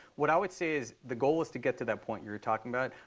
what i would say is the goal was to get to that point you're you're talking about.